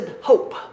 hope